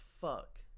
fuck